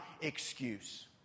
excuse